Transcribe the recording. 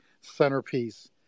centerpiece